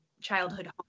childhood